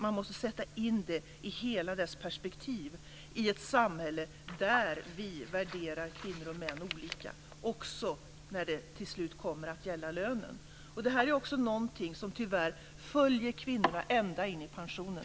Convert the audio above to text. Man måste sätta in det i hela dess perspektiv i ett samhälle där vi värderar kvinnor och män olika också när det till slut gäller lönen. Detta är också någonting som tyvärr följer kvinnorna ända in i pensionen.